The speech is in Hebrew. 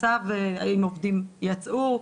אם עובדים יצאו,